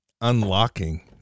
unlocking